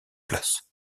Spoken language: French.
place